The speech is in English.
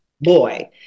boy